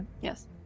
Yes